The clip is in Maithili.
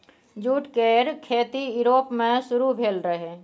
जूट केर खेती युरोप मे शुरु भेल रहइ